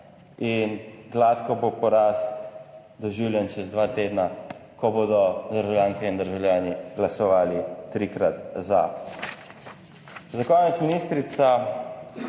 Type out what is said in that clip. in gladko bo poraz doživljen čez dva tedna, ko bodo državljanke in državljani glasovali trikrat za. Za konec, ministrica,